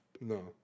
No